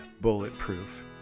bulletproof